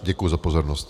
Děkuji za pozornost.